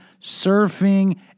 surfing